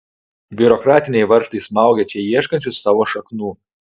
biurokratiniai varžtai smaugia čia ieškančius savo šaknų